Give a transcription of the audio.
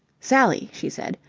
sally, she said,